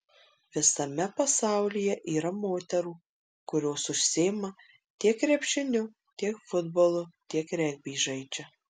visame pasaulyje yra moterų kurios užsiima tiek krepšiniu tiek futbolu tiek regbį žaidžia